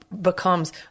becomes